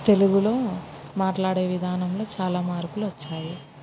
తెలుగులో మాట్లాడే విధానంలో చాలా మార్పులు వచ్చాయి